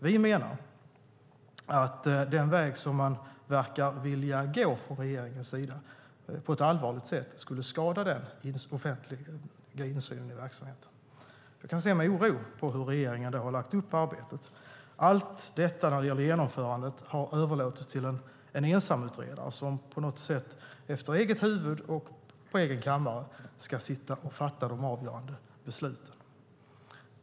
Vi menar att den väg som man verkar vilja gå från regeringens sida på ett allvarligt sätt skulle skada insynen i verksamheten. Jag ser med oro på hur regeringen har lagt upp arbetet. Allt som har med genomförandet att göra har överlåtits till en ensamutredare som efter eget huvud och på egen kammare ska sitta och fatta de avgörande besluten.